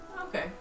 Okay